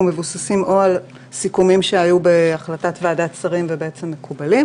מבוססים או על סיכומים שהיו בהחלטת ועדת שרים והם מקובלים,